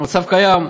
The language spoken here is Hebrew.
המצב קיים.